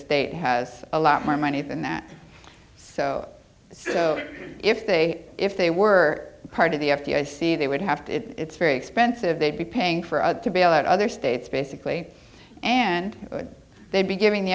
state has a lot more money than that so if they if they were part of the f d i c they would have to it's very expensive they'd be paying for us to bail out other states basically and they'd be giving the